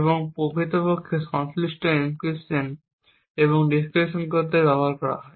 এবং প্রকৃতপক্ষে সংশ্লিষ্ট এনক্রিপশন বা ডিক্রিপশন করতে ব্যবহার করা হয়